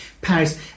Paris